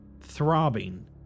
throbbing